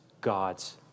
God's